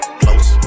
close